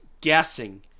guessing